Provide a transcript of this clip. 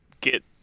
get